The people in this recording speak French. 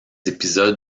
épisodes